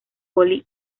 poli